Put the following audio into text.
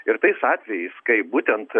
ir tais atvejais kai būtent